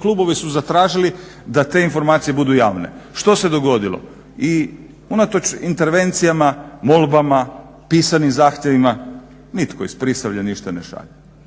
klubovi su zatražili da te informacije budu javne. Što se dogodilo? i unatoč intervencijama, molbama, pisanim zahtjevima nitko iz Prisavlja ništa ne šalje.